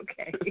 okay